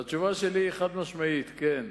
והתשובה שלי היא חד-משמעית, כן.